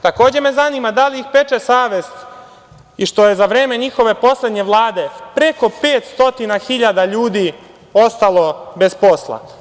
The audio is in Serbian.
Takođe me zanima da li ih peče savest i što je za vreme njihove poslednje Vlade, preko 500 hiljada ljudi ostalo bez posla.